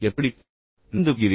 எப்படி நடந்துகொள்கிறீர்கள்